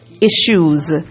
issues